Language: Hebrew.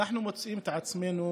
אנחנו מוצאים את עצמנו